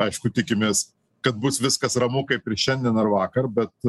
aišku tikimės kad bus viskas ramu kaip ir šiandien ar vakar bet